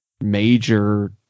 major